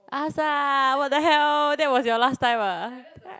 ask ah what the hell that was your last time ah